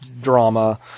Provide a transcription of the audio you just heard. drama